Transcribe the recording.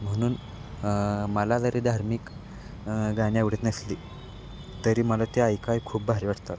म्हणून मला जरी धार्मिक गाणी आवडत नसली तरी मला ते ऐकाय खूप भारी वाटतात